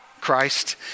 Christ